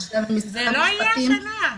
זה לא יהיה השנה.